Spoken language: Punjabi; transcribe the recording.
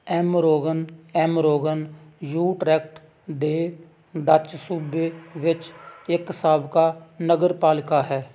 ਐਮਰੋਂਗਨ ਐਮਰੋਂਗਨ ਯੂਟ੍ਰੈਕਟ ਦੇ ਡੱਚ ਸੂਬੇ ਵਿੱਚ ਇੱਕ ਸਾਬਕਾ ਨਗਰਪਾਲਿਕਾ ਹੈ